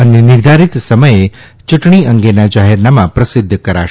અને નિર્ધારીત સમયે યૂંટણી અંગેના જાહેરનામા પ્રસિધ્ધ કરાશે